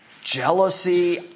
jealousy